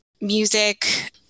music